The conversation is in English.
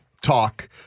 talk